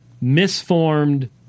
misformed